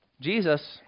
Jesus